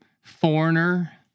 Foreigner